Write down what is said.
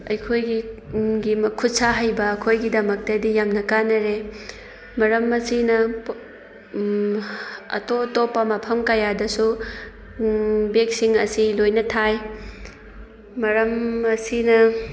ꯑꯩꯈꯣꯏꯒꯤ ꯈꯨꯠ ꯁꯥꯍꯩꯕ ꯑꯩꯈꯣꯏꯒꯤꯗꯃꯛꯇꯗꯤ ꯌꯥꯝꯅ ꯀꯥꯟꯅꯔꯦ ꯃꯔꯝ ꯑꯁꯤꯅ ꯑꯇꯣꯞ ꯑꯇꯣꯞꯄ ꯃꯐꯝ ꯀꯌꯥꯗꯁꯨ ꯕꯦꯛꯁꯤꯡ ꯑꯁꯤ ꯂꯣꯏꯅ ꯊꯥꯏ ꯃꯔꯝ ꯑꯁꯤꯅ